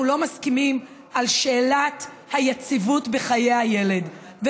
לא מסכימים על שאלת היציבות בחיי הילד.